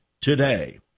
today